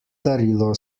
darilo